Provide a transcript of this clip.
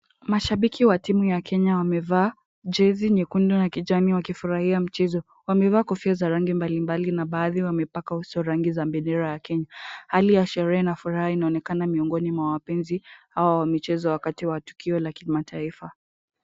Mashabiki wa timu ya kenya wamevaa jezi nyekundu na kijani wakifurahia mchezo. Wamevaa kofia za rangi mbalimbali na baadhi wamepaka uso rangi za bendera ya kenya. Hali ya sherehe na furaha inaonekana miongoni mwa wapenzi hawa wa michezo wakati wa tukio la kimataifa.